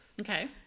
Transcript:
okay